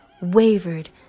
wavered